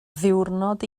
ddiwrnod